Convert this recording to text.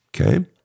okay